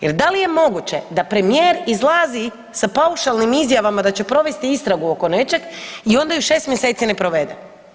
Jer da li je moguće da premijer izlazi sa paušalnim izjavama da će provesti istragu oko nečeg i onda ju 6 mjeseci ne provede.